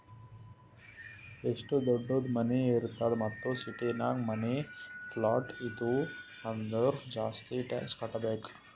ಎಷ್ಟು ದೊಡ್ಡುದ್ ಮನಿ ಇರ್ತದ್ ಮತ್ತ ಸಿಟಿನಾಗ್ ಮನಿ, ಪ್ಲಾಟ್ ಇತ್ತು ಅಂದುರ್ ಜಾಸ್ತಿ ಟ್ಯಾಕ್ಸ್ ಕಟ್ಟಬೇಕ್